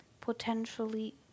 potentially